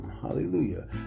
Hallelujah